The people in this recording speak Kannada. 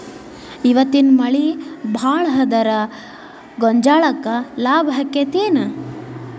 ಇವತ್ತಿನ ಮಳಿ ಭಾಳ ಆದರ ಗೊಂಜಾಳಕ್ಕ ಲಾಭ ಆಕ್ಕೆತಿ ಏನ್?